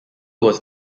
was